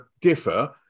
differ